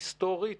היסטורית,